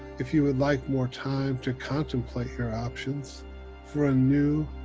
if you would like more time to contemplate your options for a new,